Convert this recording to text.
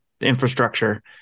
infrastructure